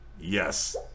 Yes